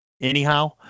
anyhow